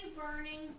burning